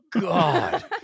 God